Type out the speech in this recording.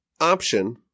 option